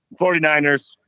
49ers